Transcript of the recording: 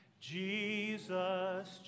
Jesus